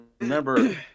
remember